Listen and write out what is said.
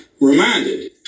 Reminded